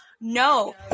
no